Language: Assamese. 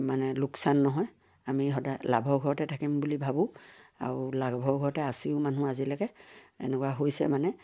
মানে লোকচান নহয় আমি সদায় লাভৰ ঘৰতে থাকিম বুলি ভাবোঁ আৰু লাভৰ ঘৰতে আছেও মানুহ আজিলৈকে এনেকুৱা হৈছে মানে